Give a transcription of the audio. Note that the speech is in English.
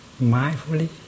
mindfully